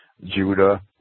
Judah